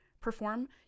perform